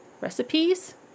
recipes